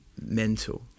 mental